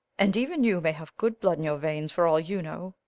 and even you may have good blood in your veins for all you know.